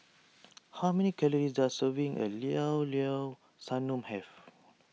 how many calories does a serving of Llao Llao Sanum have